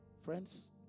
Friends